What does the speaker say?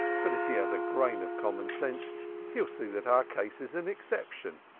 but if he has a grain of common sense he will see that our case is an exception,